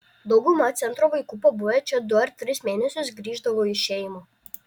dauguma centro vaikų pabuvę čia du ar tris mėnesius grįždavo į šeimą